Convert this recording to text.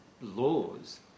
laws